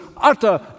utter